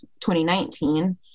2019